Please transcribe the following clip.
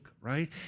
right